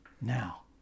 Now